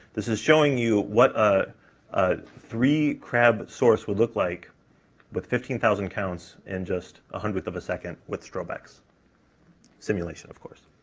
this is showing you what ah a three crab source would look like with fifteen thousand counts in just a hundredth of a second with strobe-x, simulation, of course.